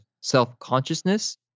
self-consciousness